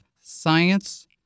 science